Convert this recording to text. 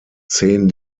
zehn